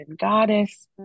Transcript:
goddess